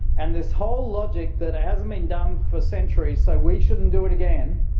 and this whole logic that it hasn't been done for centuries so we shouldn't do it again,